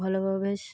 ଭଲ ଭାବେ